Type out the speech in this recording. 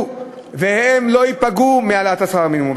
ושהם לא ייפגעו מהעלאת שכר המינימום.